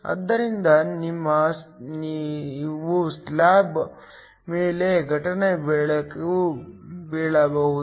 ಆದ್ದರಿಂದ ನಾವು ನಿಮ್ಮ ಸ್ಲ್ಯಾಬ್ ಮೇಲೆ ಘಟನೆ ಬೆಳಕು ಬೀಳಬಹುದು